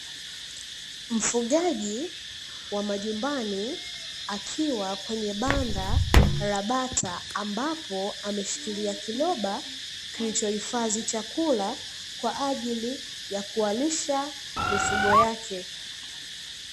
Mfugaji wa majumbani akiwa kwenye banda la bata, ambapo ameshikilia kiroba kilicho ifadhi chakula kwa ajili ya kuwalisha mifugo yake.